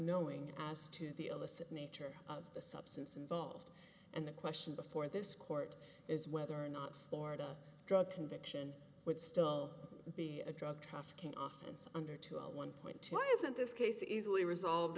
knowing as to the illicit nature of the substance involved and the question before this court is whether or not florida drug conviction would still be a drug trafficking oftens under two one point why isn't this case easily resolved